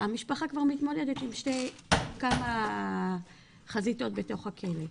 המשפחה כבר מתמודדת עם כמה חזיתות בתוך הכלא.